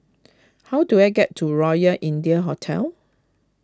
how do I get to Royal India Hotel